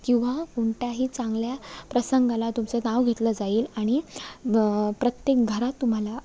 किंवा कोणत्याही चांगल्या प्रसंगाला तुमचं नाव घेतलं जाईल आणि प्रत्येक घरात तुम्हाला